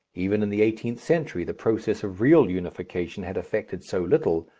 even in the eighteenth century the process of real unification had effected so little,